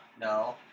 No